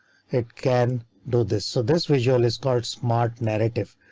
it can do this so this visual is called smart narrative.